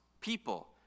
people